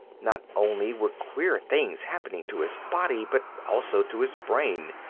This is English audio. not only were queer things happening to his body, but also to his brain.